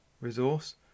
resource